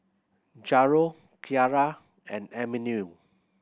Jairo Kyara and Emanuel